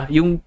Yung